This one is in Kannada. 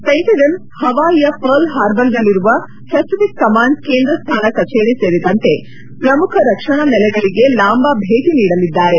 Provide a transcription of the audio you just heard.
ಪೆಂಟಗನ್ ಹವಾಯಿಯ ಪರ್ಲ್ ಹಾರ್ಬರ್ನಲ್ಲಿರುವ ಪೆಸಿಫಿಕ್ ಕಮಾಂಡ್ ಕೇಂದ್ರ ಸ್ಟಾನ ಕಚೇರಿ ಸೇರಿದಂತೆ ಪ್ರಮುಖ ರಕ್ಷಣಾ ನೆಲೆಗಳಿಗೆ ಲಾಂಬಾ ಭೇಟಿ ನೀಡಲಿದ್ದಾರೆ